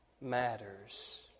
matters